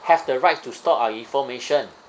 have the rights to store our information